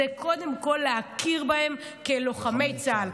זה קודם כול להכיר בהם כלוחמי צה"ל.